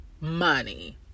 money